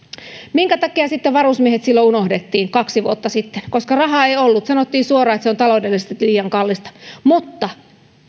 minkä takia sitten varusmiehet unohdettiin silloin kaksi vuotta sitten koska rahaa ei ollut sanottiin suoraan että se on taloudellisesti liian kallista mutta